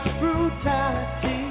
brutality